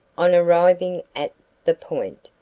on arriving at the point,